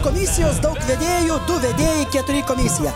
komisijos daug vedėjų du vedėjai keturi komisija